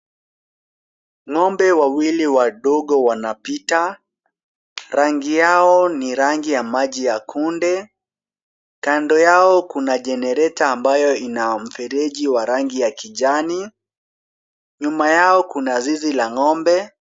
Ng'ombe wawili wadogo wanapita. Rangi yao ni rangi ya maji ya kunde. Kando yao kuna generator ambayo ina mfereji wa rangi ya kijani. Nyuma yao kuna zizi la ng'ombe.